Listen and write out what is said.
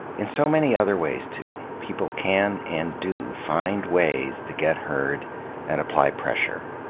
in so many other ways too, people can and do find ways to get heard and apply pressure.